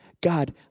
God